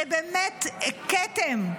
זה כתם,